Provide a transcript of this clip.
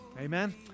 Amen